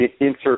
insert